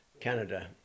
Canada